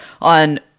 on